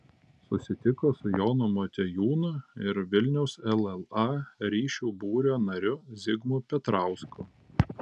susitiko su jonu motiejūnu ir vilniaus lla ryšių būrio nariu zigmu petrausku